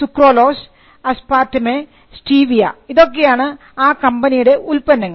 sucralose aspartame stevia ഇതൊക്കെയാണ് ആ കമ്പനിയുടെ ഉൽപ്പന്നങ്ങൾ